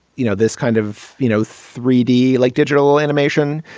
you know, this kind of, you know, three d like digital animation,